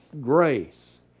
grace